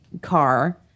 car